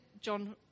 John